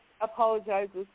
apologizes